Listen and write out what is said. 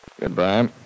Goodbye